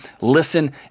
listen